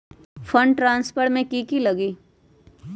Fund transfer कि की लगी?